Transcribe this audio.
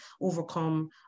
overcome